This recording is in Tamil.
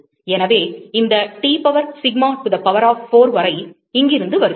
எனவே இந்த T power sigma T to the power of 4 வரை இங்கிருந்து வருகிறது